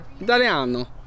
Italiano